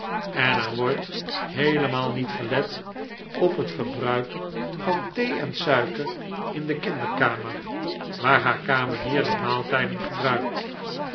en er wordt heelemaal niet gelet op het verbruik van thee en suiker in de kinderkamer waar haar kamenier de maaltijden gebruikt